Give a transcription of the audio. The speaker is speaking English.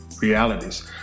realities